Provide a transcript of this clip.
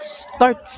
start